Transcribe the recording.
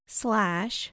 slash